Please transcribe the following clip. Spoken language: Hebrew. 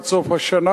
עד סוף השנה,